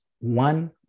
one